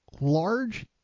large